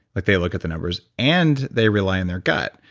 like they look at the numbers and they rely on their gut.